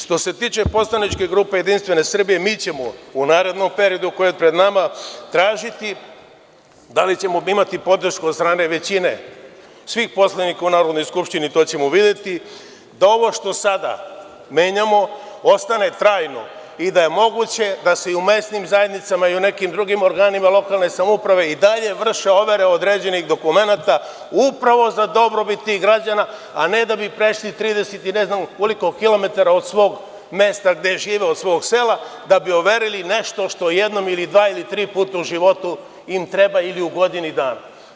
Što se tiče poslaničke grupe Jedinstvene Srbije, mi ćemo u narednom periodu koji je pred nama tražiti, da li ćemo imati podršku od strane većine svih poslanika u Narodnoj skupštini, to ćemo videti, da ovo što sada menjamo ostane trajno i da je moguće da se i u mesnim zajednicama i u nekim drugim organima lokalne samouprave i dalje vrše overe određenih dokumenata, upravo za dobrobit tih građana, a ne da bi prešli 30 i ne znam koliko kilometara od svog mesta gde žive, od svog sela, da bi overili nešto što jednom, ili dva, ili tri puta u životu im treba, ili u godini dana.